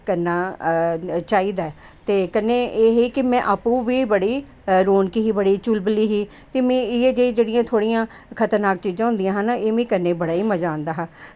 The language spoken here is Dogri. करना चाहिदा ऐ ते कन्नै एह् की में आपूं बी बड़ी रौनक ही बड़ी चुलबुली ही ते में इयै जेही जेह्ड़ी थोह्ड़ियां खतरनाक चीज़ां होंदियां हियां एह् करने गी बड़ा ई मज़ा आंदा हा